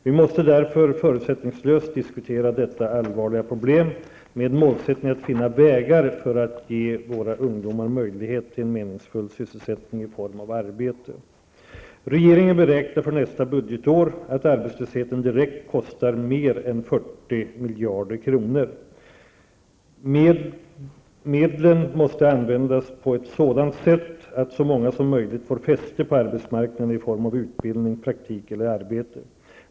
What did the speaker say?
Vi måste därför förutsättningslöst diskutera detta allvarliga problem, med målsättningen att finna vägar för att ge våra ungdomar möjlighet till en meningsfull sysselsättning i form av arbete. Regeringen beräknar för nästa budgetår att arbetslösheten direkt kostar mer än 40 miljarder kronor. Medlen måste användas på ett sådant sätt att så många som möjligt får fäste på arbetsmarknaden i form av utbildning, praktik eller arbete.